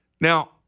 Now